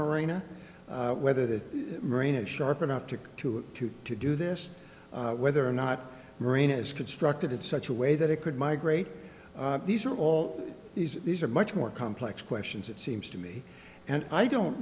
marina whether the marina sharp enough to to to to do this whether or not marine is constructed in such a way that it could migrate these are all these these are much more complex questions it seems to me and i don't